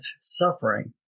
suffering